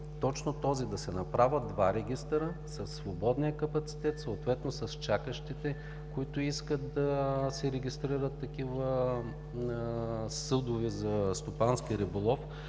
точно този: да се направят два регистъра – със свободния капацитет, съответно с чакащите, които искат да регистрират такива съдове за стопански риболов,